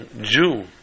Jew